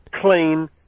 clean